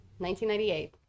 1998